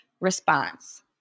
response